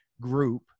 group